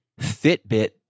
Fitbit